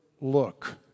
look